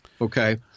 Okay